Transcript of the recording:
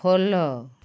follow